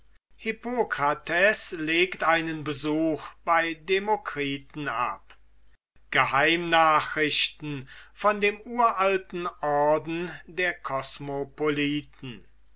hippokrates legt einen besuch beim demokritus ab geheimnachrichten von dem uralten orden der kosmopoliten